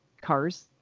cars